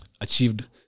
achieved